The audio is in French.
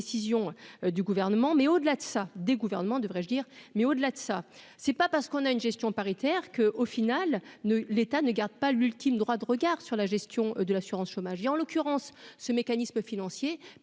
du gouvernement, mais au-delà de ça, des gouvernements, devrais-je dire, mais au-delà de ça, c'est pas parce qu'on a une gestion paritaire que au final ne l'État ne garde pas l'ultime droit de regard sur la gestion de l'assurance chômage et en l'occurrence ce mécanisme financier